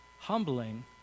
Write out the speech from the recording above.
humbling